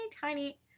tiny